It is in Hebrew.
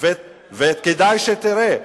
וכדאי שתראה.